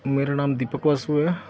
ਮੇਰਾ ਨਾਮ ਦੀਪਕ ਬਾਸੁ ਹੈ